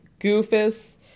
Goofus